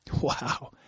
Wow